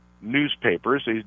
newspapers